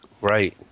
right